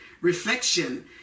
reflection